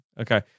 Okay